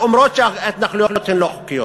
אומרות שההתנחלויות הן לא חוקיות.